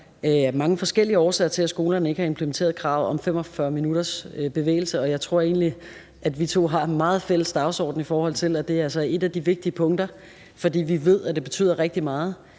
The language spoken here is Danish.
mange forskellige årsager til, at skolerne ikke har implementeret kravet om 45 minutters bevægelse, og jeg tror egentlig, at vi to har en meget fælles dagsorden, i forhold til at det altså er et af de vigtige punkter, fordi vi ved, at det betyder rigtig meget